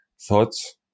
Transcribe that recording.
thoughts